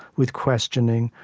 with questioning,